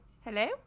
hello